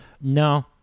no